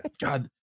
god